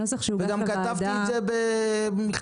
כן, זה מה שאמרה חברת